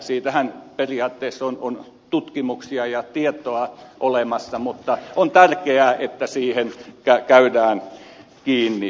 siitähän periaatteessa on tutkimuksia ja tietoa olemassa mutta on tärkeää että siihen käydään kiinni